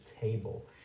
table